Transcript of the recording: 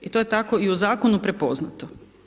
I to je tako i u zakonu prepoznato.